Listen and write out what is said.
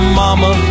mama